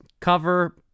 cover